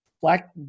black